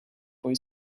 boy